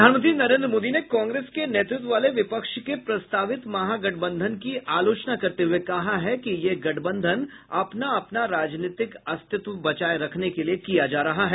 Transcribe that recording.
प्रधानमंत्री नरेन्द्र मोदी ने कांग्रेस के नेतृत्व वाले विपक्ष के प्रस्तावित महागठबंधन की आलोचना करते हुए कहा है कि यह गठबंधन अपना अपना राजनीतिक अस्तित्व बचाये रखने के लिए किया जा रहा है